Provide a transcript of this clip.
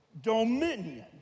dominion